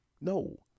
no